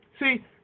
See